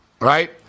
Right